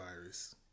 virus